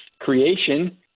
creation